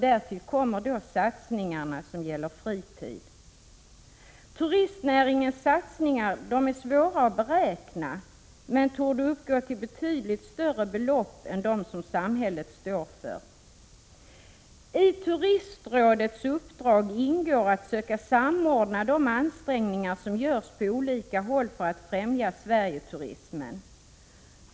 Därtill kommer satsningar på fritid. Turistnäringens satsningar är svåra att beräkna men torde uppgå till betydligt större belopp än de som samhället står för. I Turistrådets uppdrag ingår att söka samordna de ansträngningar som görs på olika håll för att främja Sverigeturismen.